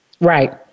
Right